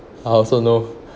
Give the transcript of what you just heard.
I also know